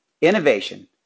innovation